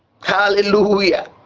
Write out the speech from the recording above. Hallelujah